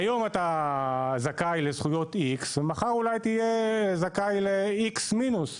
היום אתה זכאי לזכויות X ומחר אולי תהיה זכאי ל-X מינוס,